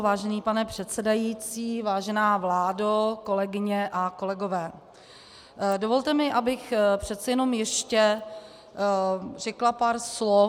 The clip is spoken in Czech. Vážený pane předsedající, vážená vládo, kolegyně a kolegové, dovolte mi, abych přece jenom ještě řekla pár slov.